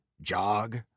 Jog